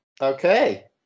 okay